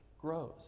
grows